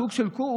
סוג של קורס.